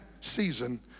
season